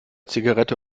zigarette